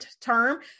term